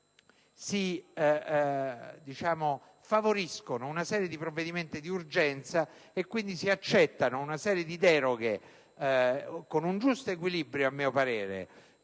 si favoriscono dei provvedimenti di urgenza e quindi si accettano delle deroghe, con un giusto equilibrio, a mio parere,